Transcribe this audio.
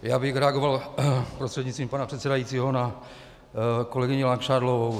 Já bych reagoval prostřednictvím pana předsedajícího na kolegyni Langšádlovou.